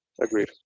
Agreed